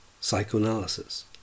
psychoanalysis